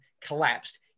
collapsed